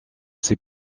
ses